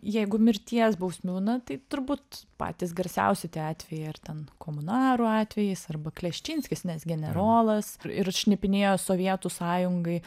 jeigu mirties bausmių na tai turbūt patys garsiausi tie atvejai ar ten komunarų atvejis arba kleščinskis nes generolas ir šnipinėjo sovietų sąjungai